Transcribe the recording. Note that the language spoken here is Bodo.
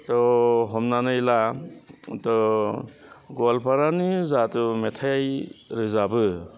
सह हमनानै ला थह गवालपारानि जाथु मेथाइ रोजाबो